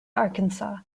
arkansas